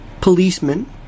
policeman